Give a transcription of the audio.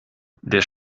der